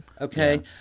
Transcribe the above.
Okay